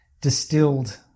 distilled